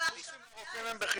הקורסים לרופאים הם בחינם.